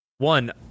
One